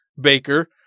Baker